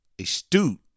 astute